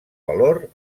valor